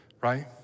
right